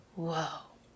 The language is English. whoa